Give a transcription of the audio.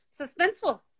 suspenseful